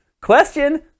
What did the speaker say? question